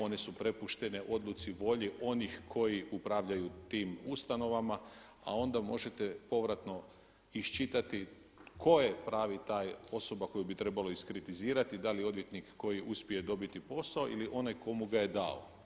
One su prepuštene odluci volji onih koji upravljaju tim ustanovama, a onda možete povratno iščitati tko je pravi taj osoba koju bi trebalo iskritizirati, da li odvjetnik koji uspije dobiti posao ili onaj ko mu ga je dao.